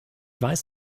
weiß